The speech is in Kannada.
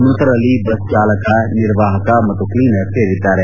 ಮೃತರಲ್ಲಿ ಬಸ್ ಚಾಲಕ ನಿರ್ವಾಹಕ ಮತ್ತು ಕ್ಲೀನರ್ ಸೇರಿದ್ದಾರೆ